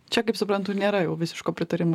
čia kaip suprantu nėra jau visiško pritarimo